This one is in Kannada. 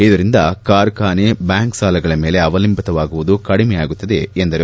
ಇದರಿಂದ ಕಾರ್ಖಾನೆ ಬ್ಯಾಂಕ್ ಸಾಲಗಳ ಮೇಲೆ ಅವಲಂಬಿತವಾಗುವುದು ಕಡಿಮೆಯಾಗುತ್ತದೆ ಎಂದರು